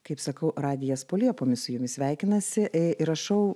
kaip sakau radijas po liepomis su jumis sveikinasi ė rašau